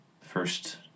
first